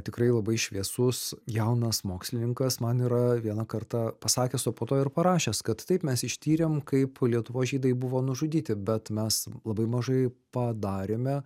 tikrai labai šviesus jaunas mokslininkas man yra vieną kartą pasakęs o po to ir parašęs kad taip mes ištyrėm kaip lietuvos žydai buvo nužudyti bet mes labai mažai padarėme